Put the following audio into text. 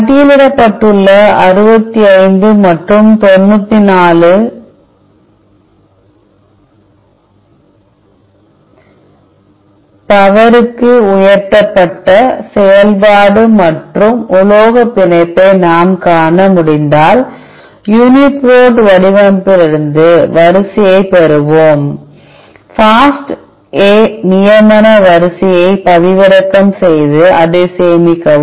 பட்டியலிடப்பட்டுள்ள 65 மற்றும் 94 சக்திக்கு உயர்த்தப்பட்ட செயல்பாடு மற்றும் உலோக பிணைப்பை நாம் காண முடிந்ததால் Uniprot வடிவமைப்பிலிருந்து வரிசையைப் பெறுவோம் FASTA நியமன வரிசையைப் பதிவிறக்கம் செய்து அதை சேமிக்கவும்